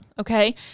okay